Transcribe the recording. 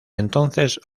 entonces